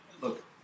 Look